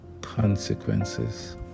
consequences